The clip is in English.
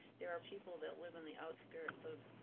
there are people that live in the outskirts of